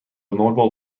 notable